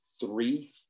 three